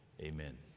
Amen